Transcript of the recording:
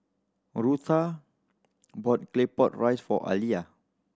Rutha bought Claypot Rice for Aaliyah